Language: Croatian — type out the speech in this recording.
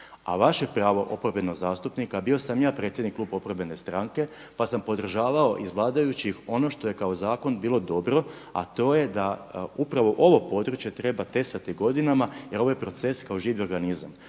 A vaše pravo oporbenog zastupnika bio sam i ja predsjednik kluba oporbene stranke, pa sam podržavao iz vladajućih ono što je kao zakon bilo dobro, a to je da upravo ovo područje treba tesati godinama, jer ovaj je proces kao živi organizam.